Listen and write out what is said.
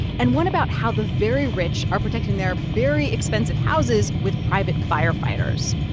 and one about how the very rich are protecting their very expensive houses with private firefighters.